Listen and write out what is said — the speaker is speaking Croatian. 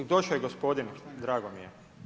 Pa došao je gospodin, drago mi je.